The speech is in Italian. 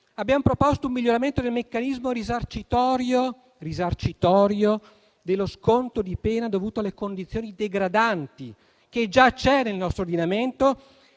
Abbiamo proposto un miglioramento del meccanismo risarcitorio dello sconto di pena dovuto alle condizioni degradanti, che già c'è nel nostro ordinamento